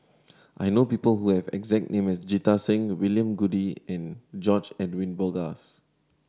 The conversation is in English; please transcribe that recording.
I know people who have exact name as Jita Singh William Goode and George Edwin Bogaars